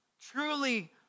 truly